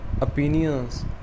opinions